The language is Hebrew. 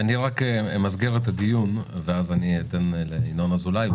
אמסגר את הדיון ואז אתן את רשות הדיבור לינון אזולאי.